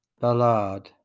Ballad